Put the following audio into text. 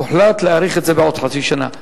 הוחלט להאריך את זה בעוד חצי שנה.